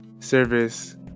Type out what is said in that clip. service